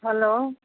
hello